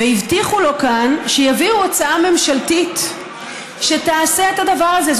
הבטיחו לו כאן שיביאו הצעה ממשלתית שתעשה את הדבר הזה.